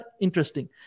Interesting